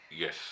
Yes